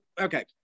okay